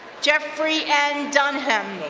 jeffrey n. dunham.